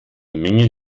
menge